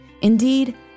Indeed